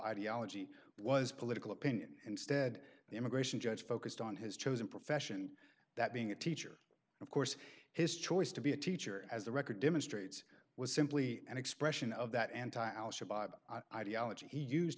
ideology was political opinion instead the immigration judge focused on his chosen profession that being a teacher of course his choice to be a teacher as the record demonstrates was simply an expression of that